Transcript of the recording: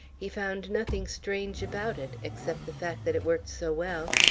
he found nothing strange about it, except the fact that it worked so well.